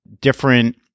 different